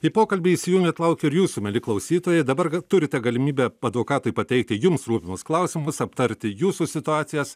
į pokalbį įsijungiant laukiu ir jūsų mieli klausytojai dabar ka turite galimybę advokatui pateikti jums rūpimus klausimus aptarti jūsų situacijas